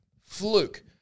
fluke